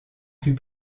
fut